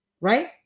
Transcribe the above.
right